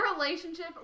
relationship